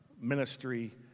ministry